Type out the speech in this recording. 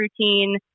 routine